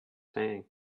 saying